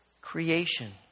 creation